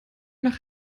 nach